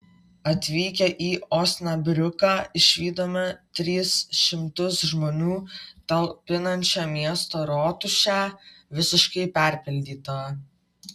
atvykę į osnabriuką išvydome tris šimtus žmonių talpinančią miesto rotušę visiškai perpildytą